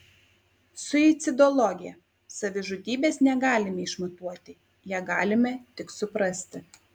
suicidologė savižudybės negalime išmatuoti ją galime tik suprasti